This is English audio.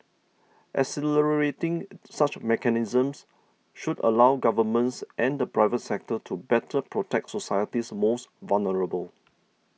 accelerating such mechanisms should allow governments and the private sector to better protect society's most vulnerable